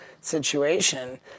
situation